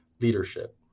leadership